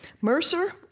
Mercer